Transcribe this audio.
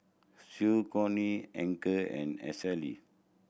Saucony Anchor and